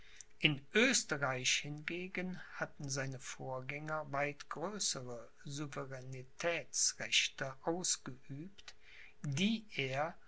in oesterreich hingegen hatten seine vorgänger weit größere souveränetätsrechte ausgeübt die er